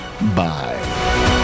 Bye